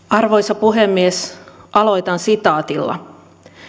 arvoisa puhemies aloitan sitaatilla